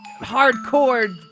hardcore